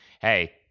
Hey